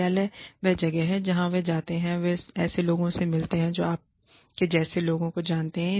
कार्यालय वह जगह है जहां वे जाते हैं वे ऐसे लोगों से मिलते हैं जो आपके जैसे लोगों को जानते हैं